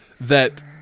That-